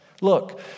Look